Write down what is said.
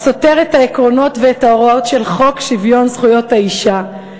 הסותר את העקרונות ואת ההוראות של חוק שוויון זכויות האישה,